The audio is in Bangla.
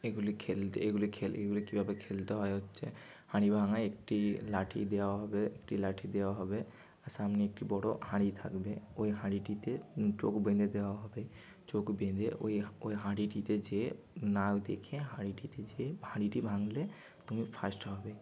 এগুলি খেলতে এগুলি খেলে এগুলি কী ভাবে খেলতে হয় হচ্ছে হাঁড়িভাঙা একটি লাঠি দেওয়া হবে একটি লাঠি দেওয়া হবে আর সামনে একটি বড় হাঁড়ি থাকবে ওই হাঁড়িটিতে চোখ বেঁধে দেওয়া হবে চোখ বেঁধে ওই হাঁড়িটিতে যে না দেখে হাঁড়িটিতে যে হাঁড়িটি ভাঙলে তুমি ফার্স্ট হবে